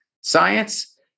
science